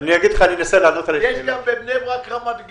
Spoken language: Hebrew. יש גם בבני ברק ורמת גן.